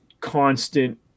constant